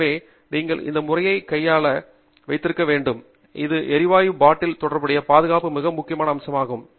எனவே நீங்கள் இந்த முறையை ஒழுங்காக அமைத்து வைத்திருக்க வேண்டும் இது எரிவாயு பாட்டில்லுடன் தொடர்புடைய பாதுகாப்பு மிக முக்கியமான அம்சமாகும்